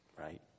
right